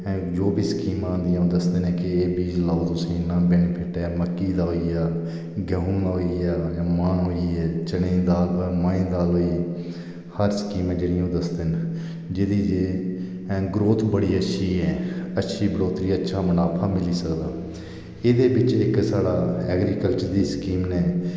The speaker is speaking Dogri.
जो बी स्कीमां होंदियां ओह् दसदे न कि एह् लो तुस तुसें गी इन्ना बेनिफिट ऐ मक्की दा होई गेआ गेहूं दा होई गेआह् मां होई गे चने दी दाल माहें दी दाल होई गेई हर स्कीम ऐ जेहड़ी उ'नेंगी जिस कन्नै जेहदी ऐ ग्रोथ बड़ी अच्छी ऐ अच्छी बढ़ोतरी अच्छा मुनाफा मिली सकदा एहदे बिच इक साढ़ा ऐग्रीकल्चर दी स्कीम ना